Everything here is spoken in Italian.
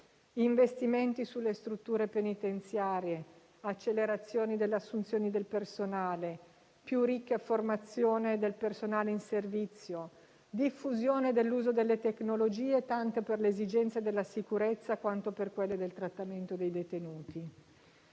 investimenti sulle strutture penitenziarie, accelerazioni delle assunzioni del personale, più ricca formazione del personale in servizio, diffusione dell'uso delle tecnologie, tanto per le esigenze della sicurezza quanto per quelle del trattamento dei detenuti.